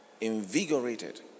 Invigorated